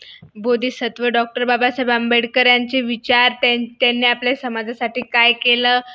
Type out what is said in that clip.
Bodhisattva doctor Babasaheb Ambedkar यांचे विचार त्यां त्यांनी आपल्या समाजासाठी काय केलं